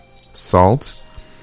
salt